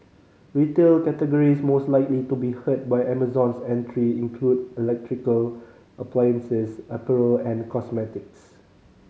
retail categories most likely to be hurt by Amazon's entry include electrical appliances apparel and cosmetics